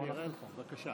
שום ספק באשמתו.